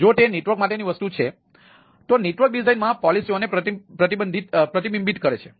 જો તે નેટવર્ક માટેની વસ્તુ છે તો નેટવર્ક ડિઝાઇનઆ પોલિસીઓને પ્રતિબિંબિત કરે છે